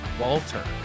Walter